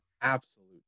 absolute